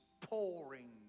pouring